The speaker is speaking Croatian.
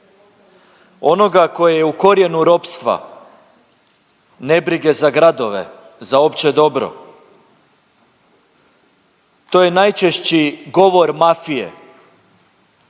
onoga koji je u korijenu ropstva, nebrige za gradove, za opće dobro, to je najčešći govor mafije,